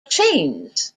chains